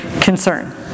concern